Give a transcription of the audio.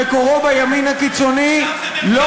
שמקורו בימין הקיצוני עכשיו זה מכוון לשמאל בישראל,